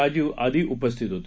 राजीव आदी उपस्थित होते